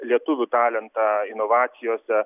lietuvių talentą inovacijose